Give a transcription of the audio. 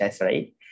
right